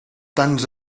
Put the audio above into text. tants